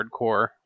hardcore